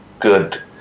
good